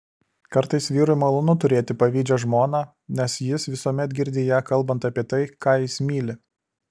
kartais vyrui malonu turėti pavydžią žmoną nes jis visuomet girdi ją kalbant apie tai ką jis myli